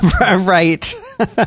Right